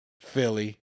Philly